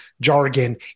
jargon